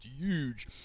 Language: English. huge